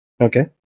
Okay